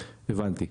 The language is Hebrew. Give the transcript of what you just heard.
הבנתי.